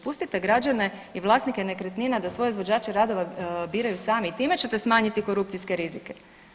Pustite građane i vlasnike nekretnina da svoje izvođače radova biraju sami i time ćete smanjiti korupcijske rizike.